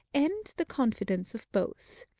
and the confidence of both.